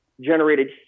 generated